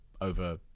over